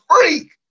freak